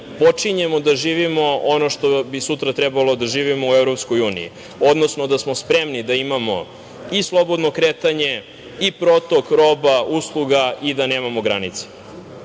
počinjemo da živimo ono što bi sutra trebalo da živimo u EU, odnosno da smo spremni da imamo i slobodno kretanje i protok roba, usluga i da nemamo granice. Ono